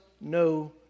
no